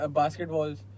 basketballs